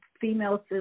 female